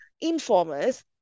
informers